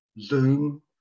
Zoom